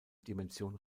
dimension